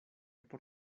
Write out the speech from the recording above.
por